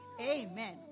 amen